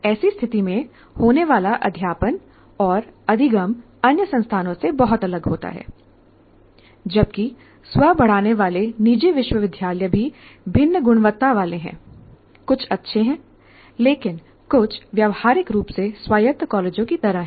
ऐसी स्थिति में होने वाला अध्यापन और अधिगम अन्य संस्थानों से बहुत अलग होता है जबकि स्व बढ़ाने वाले निजी विश्वविद्यालय भी भिन्न गुणवत्ता वाले हैं कुछ अच्छे हैं लेकिन कुछ व्यावहारिक रूप से स्वायत्त कॉलेजों की तरह हैं